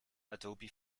adobe